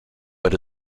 but